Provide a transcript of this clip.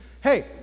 Hey